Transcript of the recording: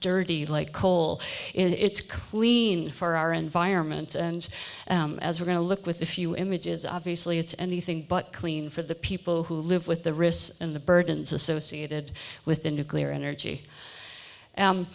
dirty like coal it's clean for our environment and as we're going to look with a few images obviously it's anything but clean for the people who live with the risks and the burdens associated with the nuclear energy